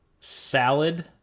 salad